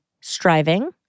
Striving